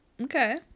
Okay